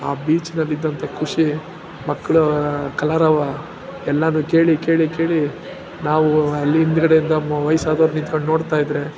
ಆ ಬೀಚಿನಲ್ಲಿ ಇದ್ದಂಥ ಖುಷಿ ಮಕ್ಕಳ ಕಲರವ ಎಲ್ಲಾ ಕೇಳಿ ಕೇಳಿ ಕೇಳಿ ನಾವು ಅಲ್ಲಿ ಹಿಂದ್ಗಡೆಯಿಂದ ಮ್ ವಯಸ್ಸಾದವ್ರ್ ನಿತ್ಕೊಂಡು ನೋಡ್ತಾಯಿದ್ದರೆ